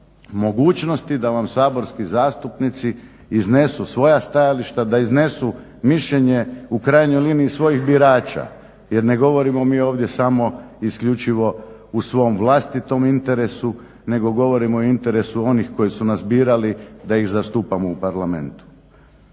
mogućnosti da vam saborski zastupnici iznesu svoja stajališta, da iznesu mišljenje u krajnjoj liniji svojih birača jer ne govorimo mi ovdje samo isključivo u svom vlastitom interesu nego govorimo u interesu onih koji su nas birali da ih zastupamo u Parlamentu.